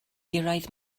gyrraedd